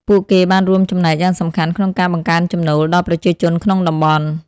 ពួកគេបានរួមចំណែកយ៉ាងសំខាន់ក្នុងការបង្កើនចំណូល ដល់ប្រជាជនក្នុងតំបន់។